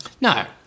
No